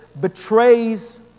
betrays